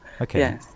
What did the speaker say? Okay